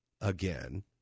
again—